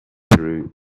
drew